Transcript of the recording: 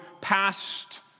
past